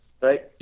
right